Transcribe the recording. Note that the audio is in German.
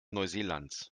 neuseelands